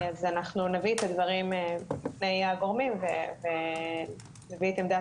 אז אנחנו נביא את הדברים בפני הגורמים ונביא את עמדת